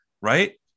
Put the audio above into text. Right